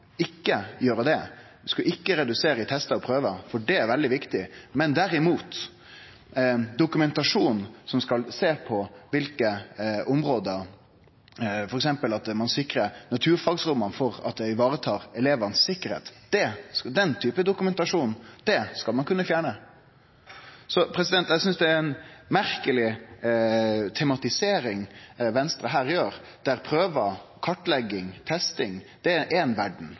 ikkje redusere testar og prøver, for det er veldig viktig, men derimot den typen dokumentasjon som f.eks. skal sjå på at ein sikrar naturfagsromma slik at det varetar sikkerheita til elevane, skal ein kunne fjerne. Eg synest det er ei merkeleg tematisering Venstre her gjer, der prøver, kartlegging og testing er ei verd – det er veldig viktig, det skal vi fortsetje med – mens dokumentasjon av viktige forhold i skolen skal ein